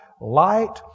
light